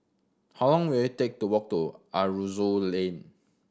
how long will it take to walk to Aroozoo Lane